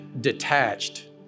detached